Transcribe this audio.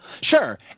Sure